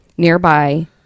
nearby